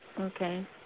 Okay